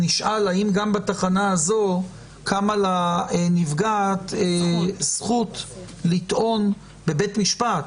ונשאל האם גם בתחנה הזאת קמה לנפגעת זכות לטעון בבית משפט,